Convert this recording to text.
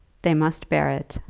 they must bear it,